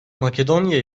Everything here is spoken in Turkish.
makedonya